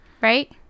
right